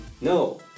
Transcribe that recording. No